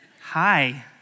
hi